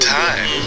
time